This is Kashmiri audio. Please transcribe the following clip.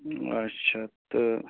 اَچھا تہٕ